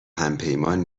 همپیمان